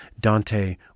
Dante